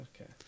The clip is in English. Okay